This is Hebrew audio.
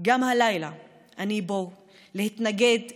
גם הלילה אני פה כדי להתנגד מכאן,